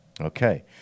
Okay